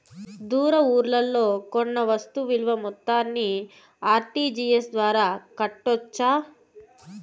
దూర ఊర్లలో కొన్న వస్తు విలువ మొత్తాన్ని ఆర్.టి.జి.ఎస్ ద్వారా కట్టొచ్చా?